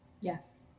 Yes